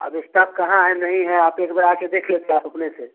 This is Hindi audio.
अब इस्टाफ कहाँ है नहीं है आप एक बार आकर देख लेते आप अपने से